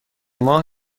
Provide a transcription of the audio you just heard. ماه